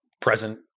present